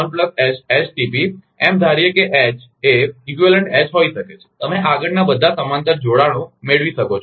તેથી એમ ધારીએ કે એચ એ સમકક્ષ એચ હોઈ શકે છે તમે આગળના બધા સમાંતર જોડાણો મેળવી શકો છો